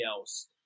else